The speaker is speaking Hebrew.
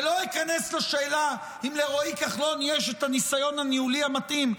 ואני לא נכנס לשאלה אם לרועי כחלון יש את הניסיון הניהולי המתאים,